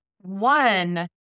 One